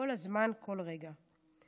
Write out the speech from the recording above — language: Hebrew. כל הזמן, כל רגע.